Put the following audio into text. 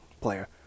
player